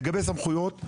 לגבי סמכויות,